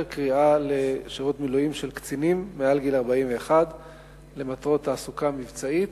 קריאה לשירות מילואים של קצינים מעל גיל 41 למטרות תעסוקה מבצעית,